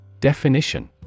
Definition